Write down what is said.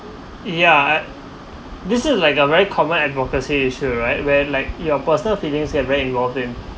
yeah I this is like a very common advocacy issue right where like your personal feelings get very involved in